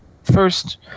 first